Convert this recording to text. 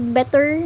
better